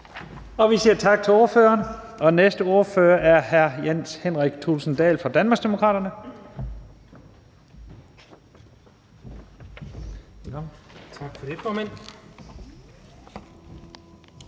Vi siger tak til ordføreren. Den næste ordfører er hr. Jens Henrik Thulesen Dahl fra Danmarksdemokraterne.